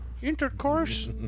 Intercourse